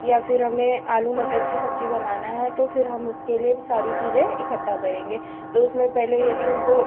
या फिर हमें आलू मटर की सब्ज़ी बनाना है तो फिर हम उसके लिए सारी चीजे इकट्ठा करेंगे तो उसमें पहले यदि हमको